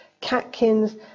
catkins